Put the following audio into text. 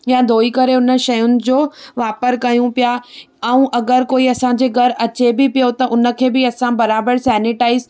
या धोई करे उन्ह शयुनि जो वापर कयूं पिया ऐं अगरि कोई असांजे घर अचे बि पियो त उनखे बि असां बराबरि सेनिटाईज़